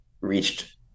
reached